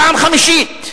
פעם חמישית,